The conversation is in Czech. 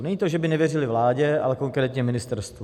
Není to, že by nevěřily vládě, ale konkrétně ministerstvu.